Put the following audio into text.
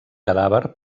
cadàver